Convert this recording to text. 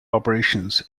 operations